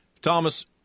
Thomas